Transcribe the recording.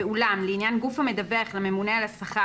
ואולם לעניין גוף המדווח לממונה על השכר